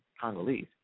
Congolese